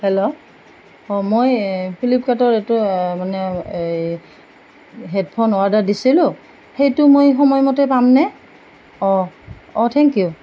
hello অঁ মই ফ্লিপকাৰ্টৰ এইটো মানে এই হেডফোন অৰ্ডাৰ দিছিলোঁ সেইটো মই সময়মতে পামনে অঁ অঁ থেংক ইউ